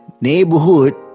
neighborhood